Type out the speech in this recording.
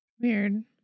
Weird